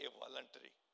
voluntary